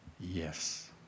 Yes